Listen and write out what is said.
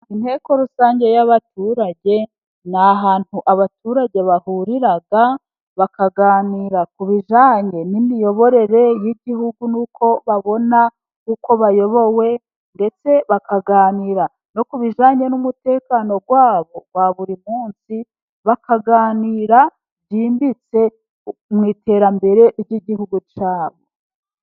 Inteko rusange y'abaturage ni ahantu abaturage bahurira, bakaganira ku bijyanye n'imiyoborere y'igihugu, n'uko babona uko bayobowe, ndetse bakaganira no ku bijyanye n'umutekano wabo wa buri munsi. Bakaganira byimbitse, mu iterambere ry'igihugu cyabo.